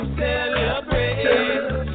celebrate